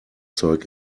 zeug